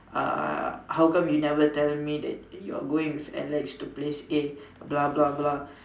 uh how come you never tell me that you're going with Alex to place A blah blah blah